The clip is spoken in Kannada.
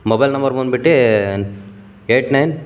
ಮೊಬೈಲ್ ನಂಬರ್ ಬಂದ್ಬಿಟ್ಟು ಎಯ್ಟ್ ನೈನ್